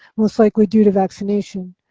most likely due to vaccination.